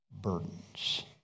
burdens